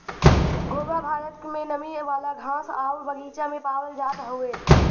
घोंघा भारत में नमी वाला घास आउर बगीचा में पावल जात हउवे